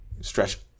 stretch